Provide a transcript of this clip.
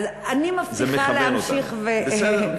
אז אני מבטיחה להמשיך, בסדר.